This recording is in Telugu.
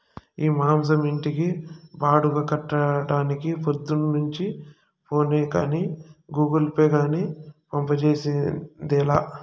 ఈ మాసం ఇంటి బాడుగ కట్టడానికి పొద్దున్నుంచి ఫోనే గానీ, గూగుల్ పే గానీ పంజేసిందేలా